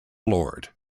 lord